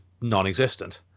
non-existent